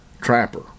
trapper